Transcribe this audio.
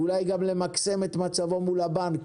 ואולי גם למקסם את מצבו מול הבנק.